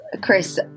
Chris